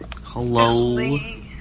Hello